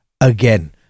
again